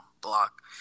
block